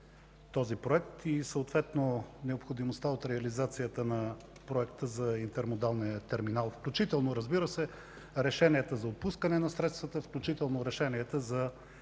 този проект и съответно необходимостта от реализацията на проекта за Интермодалния терминал, включително, разбира се, решенията за отпускане на средствата, включително решенията за